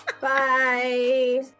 bye